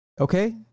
Okay